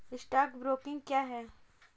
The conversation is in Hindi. स्टॉक ब्रोकिंग क्या है?